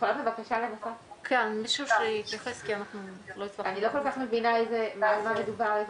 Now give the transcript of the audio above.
אני לא כל כך מבינה על מה מדובר,